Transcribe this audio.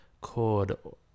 called